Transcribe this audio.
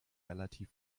relativ